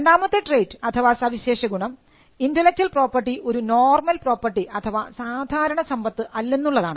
രണ്ടാമത്തെ ട്രയ്റ്റ് അഥവാ സവിശേഷ ഗുണം ഇന്റെലക്ച്വൽ പ്രോപ്പർട്ടി ഒരു നോർമൽ പ്രോപ്പർട്ടി അഥവാ സാധാരണ സമ്പത്ത് അല്ലെന്നുള്ളതാണ്